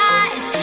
eyes